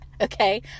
okay